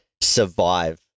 survive